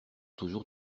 toujours